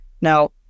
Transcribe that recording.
now